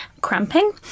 cramping